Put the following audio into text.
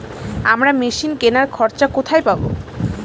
আমরা মেশিন কেনার খরচা কোথায় পাবো?